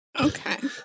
Okay